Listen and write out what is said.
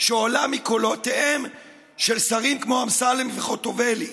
שעולה מקולותיהם של שרים כמו אמסלם וחוטובלי.